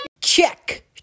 Check